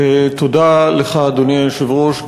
תודה לך, אדוני היושב-ראש.